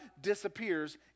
disappears